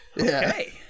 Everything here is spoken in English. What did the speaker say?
Okay